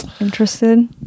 interested